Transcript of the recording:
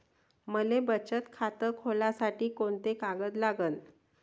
मले बचत खातं खोलासाठी कोंते कागद लागन?